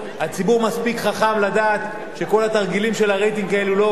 הציבור מספיק חכם לדעת שכל התרגילים האלה של הרייטינג לא עובדים,